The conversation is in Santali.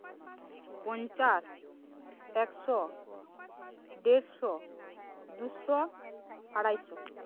ᱯᱚᱧᱪᱟᱥ ᱮᱠᱥᱚ ᱰᱮᱲᱥᱚ ᱫᱩᱥᱚ ᱟᱲᱟᱭᱥᱚ